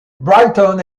brighton